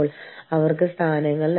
നമ്മൾക്ക് നിയമങ്ങളുണ്ട്